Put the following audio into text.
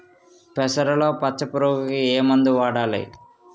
పెసరలో పచ్చ పురుగుకి ఏ మందు వాడాలి?